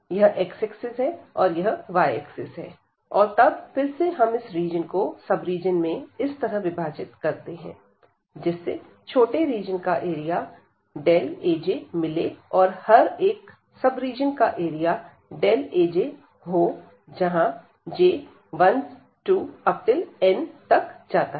यह x axis है और यह y एक्सिस है और तब फिर से हम इस रीजन को सब रीजन में इस तरह विभाजित करते हैं जिससे छोटे रीजन का एरिया Aj मिले और हर एक सब रीजन का एरिया Aj हो जहां j 1 2 n तक जाता है